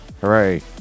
hooray